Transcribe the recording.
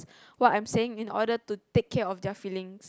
what I'm saying in order to take care of their feeling